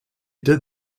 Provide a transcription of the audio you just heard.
did